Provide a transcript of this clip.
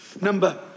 Number